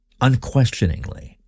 Unquestioningly